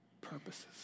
purposes